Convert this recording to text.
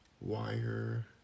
wire